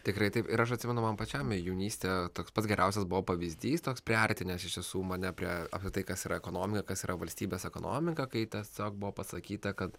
tikrai taip ir aš atsimenu man pačiam jaunystė toks pats geriausias buvo pavyzdys toks priartinęs iš tiesų mane prie apie tai kas yra ekonomika kas yra valstybės ekonomika kai tiesiog buvo pasakyta kad